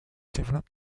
développe